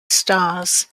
stars